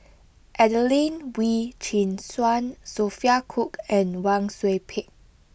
Adelene Wee Chin Suan Sophia Cooke and Wang Sui Pick